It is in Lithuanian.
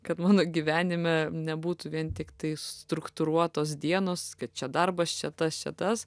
kad mano gyvenime nebūtų vien tiktai struktūruotos dienos kad čia darbas čia tas čia tas